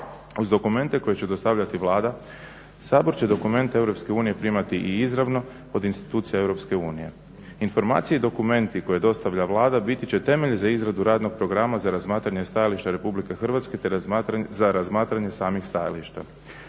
Uz dokumente koje će dostavljati Vlada Sabor će dokumente Europske unije primati i izravno od institucija Europske unije. Informacije i dokumenti koje dostavlja Vlada biti će temelj za izradu radnog programa za razmatranje stajališta Republike Hrvatske te za razmatranje samih stajališta.